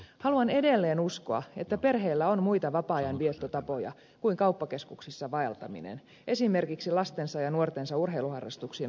haluan edelleen uskoa että perheillä on muita vapaa ajanviettotapoja kuin kauppakeskuksissa vaeltaminen esimerkiksi lastensa ja nuortensa urheiluharrastuksiin osallistuminen